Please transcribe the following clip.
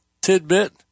tidbit